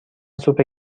سوپ